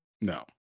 No